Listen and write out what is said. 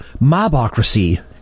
mobocracy